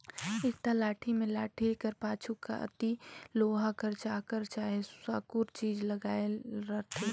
इरता लाठी मे लाठी कर पाछू कती लोहा कर चाकर चहे साकुर चीज लगल रहथे